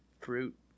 fruit